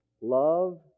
love